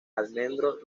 almendro